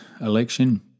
election